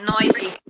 noisy